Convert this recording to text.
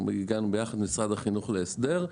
הגענו ביחד עם משרד החינוך להסדר.